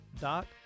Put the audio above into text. Doc